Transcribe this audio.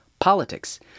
politics